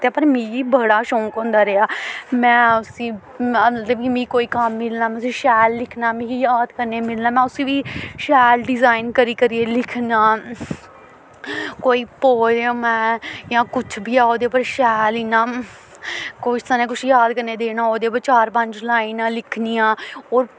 पर मिगी बड़ा शौक होंदा रेहा में उस्सी मतलब कि मी कोई कम्म मिलना में उस्सी शैल लिखना मिगी याद करने गी मिलना ते में उस्सी बी शैल डिजाइन करी करियै लिखना कोई पोयम ऐ जां कुछ बी ऐ ओह्दे पर शैल इ'यां कुसै ने कोई याद करने गी देई ओड़ना ओह्दे पर इ'यां चार पंज लाइनां लिखनियां